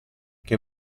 che